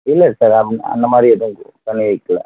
இல்லை இப்போ அந்த அந்தமாதிரி ஏதாவது பண்ணி வைக்கல